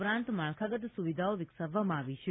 ઉપરાંત માળખાગત સુવિધાઓ વિકસાવવામાં આવી છે